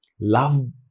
Love